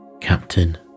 Captain